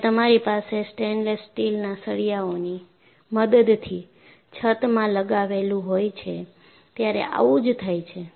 જ્યારે તમારી પાસે સ્ટેનલેસ સ્ટીલના સળિયાઓની મદદથી છતમાં લગાવેલું હોય છે ત્યારે આવું જ થાય છે